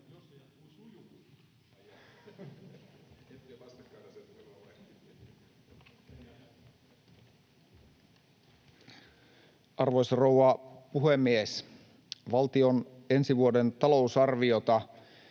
Arvoisa rouva puhemies! Valtion ensi vuoden talousarviota